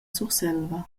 surselva